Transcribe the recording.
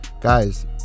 guys